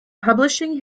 publishing